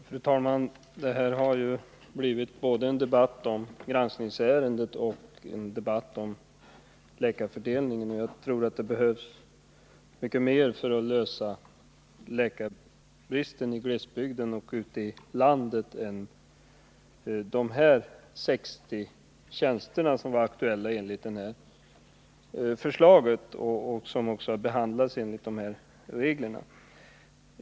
Fru talman! Detta har blivit en debatt både om granskningsärendet och om läkarfördelningen. Jag tror det behövs mycket mer för att lösa läkarbristen i glesbygden och ute i landet i övrigt än de 60 tjänster som aktualiserades i det förslag som behandlats enligt nämnda regler.